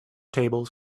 tables